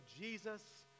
Jesus